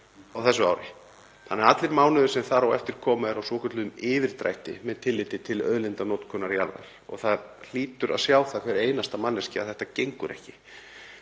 á þessu ári þannig að allir mánuðir sem þar á eftir koma eru á svokölluðum yfirdrætti með tilliti til auðlindanotkunar jarðar og það hlýtur að sjá það hver einasta manneskja að þetta gengur ekki.